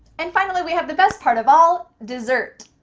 and finally, we have the best part of all, dessert,